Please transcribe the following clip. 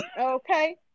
Okay